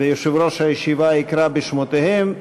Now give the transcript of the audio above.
ויושב-ראש הישיבה יקרא בשמותיהם,